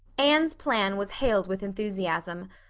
anne's plan was hailed with enthusiasm.